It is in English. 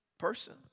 person